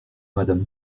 madame